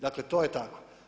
Dakle to je tako.